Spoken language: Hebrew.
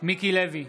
מיקי לוי,